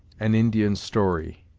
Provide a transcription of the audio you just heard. an indian story,